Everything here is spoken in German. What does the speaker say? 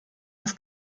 was